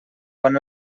quan